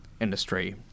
industry